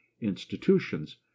institutions